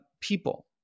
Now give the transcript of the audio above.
people